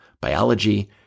biology